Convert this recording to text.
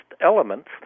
elements